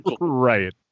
Right